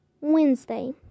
Wednesday